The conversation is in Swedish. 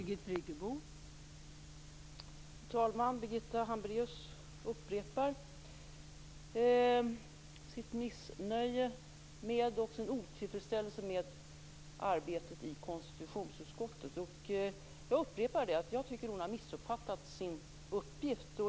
Fru talman! Birgitta Hambraeus upprepar sitt missnöje och sin otillfredsställelse med arbetet i konstitutionsutskottet. Jag upprepar att jag tycker att hon har missuppfattat sin uppgift.